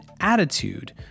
attitude